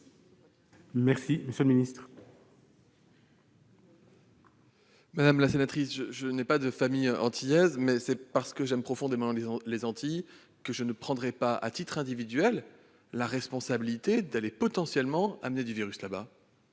est à M. le ministre. Madame la sénatrice, je n'ai pas de famille antillaise, mais c'est parce que j'aime profondément les Antilles que je ne prendrai pas, à titre individuel, la responsabilité de risquer de transmettre le virus là-bas.